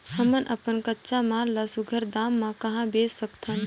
हमन अपन कच्चा माल ल सुघ्घर दाम म कहा बेच सकथन?